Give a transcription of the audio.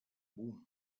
boom